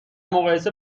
مقایسه